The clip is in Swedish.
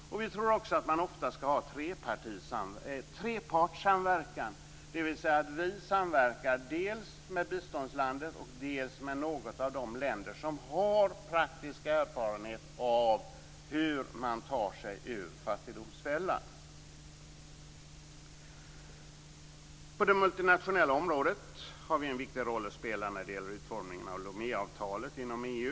Vi tror också att man ofta skall ha trepartssamverkan, dvs. att vi samverkar dels med biståndslandet, dels med något av de länder som har praktisk erfarenhet av hur man tar sig ur fattigdomsfällan. På det multinationella området har vi en viktig roll att spela när det gäller utformningen av Loméavtalet inom EU.